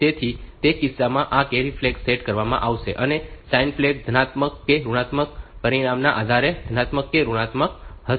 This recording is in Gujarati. તેથી તે કિસ્સામાં આ કેરી ફ્લેગ સેટ કરવામાં આવશે અને સાઇન ફ્લેગ ધનાત્મક કે ઋણાત્મક પરિણામના આધારે ધનાત્મક કે ઋણાત્મક હશે